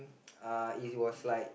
uh it was like